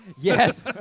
Yes